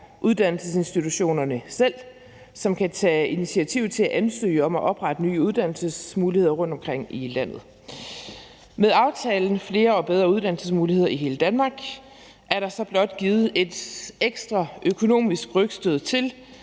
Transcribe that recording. uddannelsesinstitutionerne selv, som kan tage initiativ til at ansøge om at oprette nye uddannelsesmuligheder rundtomkring i landet. Med aftalen »Flere og bedre uddannelsesmuligheder i hele Danmark« er der så blot givet et ekstra økonomisk rygstød til,